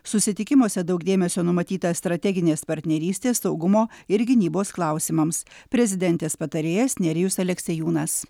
susitikimuose daug dėmesio numatyta strateginės partnerystės saugumo ir gynybos klausimams prezidentės patarėjas nerijus aleksiejūnas